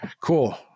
cool